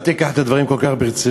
אל תיקח את הדברים כל כך ברצינות,